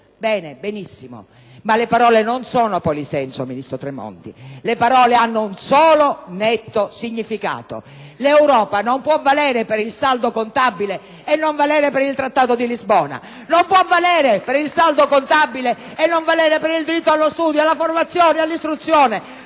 Bene, benissimo. Ma le parole non sono polisenso, ministro Tremonti: le parole hanno un solo netto significato. L'Europa non può valere per il saldo contabile e non valere per il Trattato di Lisbona; non può valere per il saldo contabile e non valere per il diritto allo studio, alla formazione e all'istruzione;